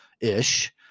ish